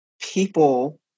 people